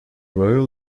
royal